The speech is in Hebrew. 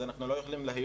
אז אנחנו לא יכולים להיות